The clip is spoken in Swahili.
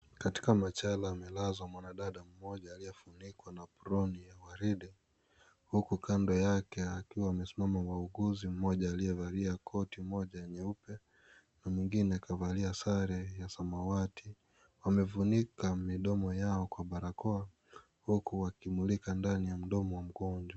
Katika machela amelazwa mwanadada mmoja aliyefunikwa na aproni ya gwaride huku kando yake akiwa amesimama wauguzi mmoja aliyevalia koti moja nyeupe na mwingine kavalia sare ya samawati, wamefunika midomo yao kwa barakoa huku wakimulika ndani ya mdomo wa mgonjwa.